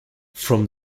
from